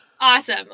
Awesome